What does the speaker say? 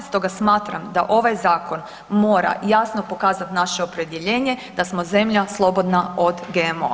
Stoga smatram da ovaj zakon mora jasno pokazat naše opredjeljenje da smo zemlja slobodna od GMO-a.